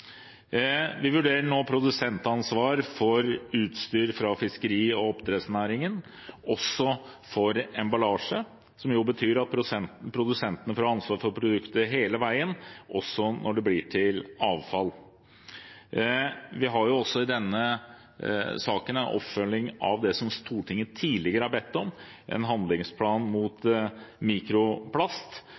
Vi vurderer nå produsentansvar for utstyr fra fiskeri- og oppdrettsnæringen, også for emballasje, noe som betyr at produsentene får ansvar for produktene hele veien, også når produktene blir til avfall. Vi har også i denne saken en oppfølging av det Stortinget tidligere har bedt om: en handlingsplan mot mikroplast.